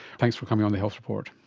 thanks for coming on the health report.